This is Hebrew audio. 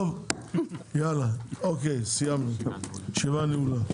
אני מודה לכולם, הישיבה נעולה.